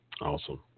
Awesome